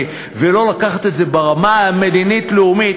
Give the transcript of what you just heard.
ולא לקחת את זה ברמה המדינית-לאומית,